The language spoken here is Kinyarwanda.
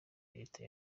leta